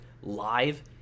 live